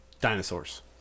Dinosaurs